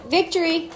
Victory